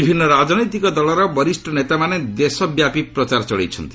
ବିଭିନ୍ନ ରାଜନୈତିକ ଦଳର ବରିଷ୍ଠ ନେତାମାନେ ଦେଶବ୍ୟାପୀ ପ୍ରଚାର ଚଳାଇଛନ୍ତି